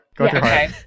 okay